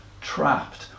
trapped